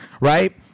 right